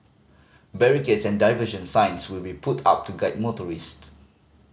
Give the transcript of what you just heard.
barricades and diversion signs will be put up to guide motorists